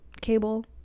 cable